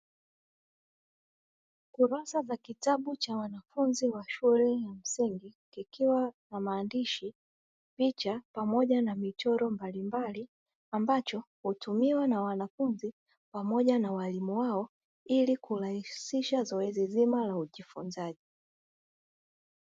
Kurasa za kitabu cha wanafunzi wa shule ya msingi kikiwa na maandishi, picha pamoja na michoro mbalimbali, ambacho hutumiwa na wanafunzi pamoja na walimu wao ili kurahisisha zoezi zima la ujifunzaji.